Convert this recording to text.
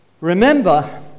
remember